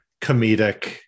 comedic